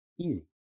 easy